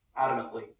adamantly